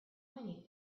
many